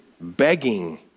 begging